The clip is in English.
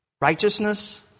righteousness